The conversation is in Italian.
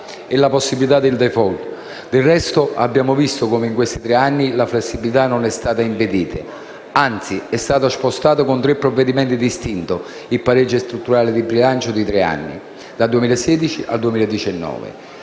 della possibilità di *default*. Del resto, abbiamo visto come in questi tre anni la flessibilità non è stata impedita, anzi è stato spostato, con tre provvedimenti distinti, il pareggio strutturale di bilancio di tre anni, dal 2016 al 2019,